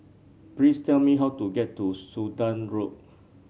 please tell me how to get to Sudan Road